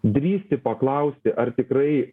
drįsti paklausti ar tikrai